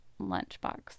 lunchbox